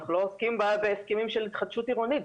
אנחנו לא עוסקים בהסכמים של התחדשות עירונית.